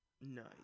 Nice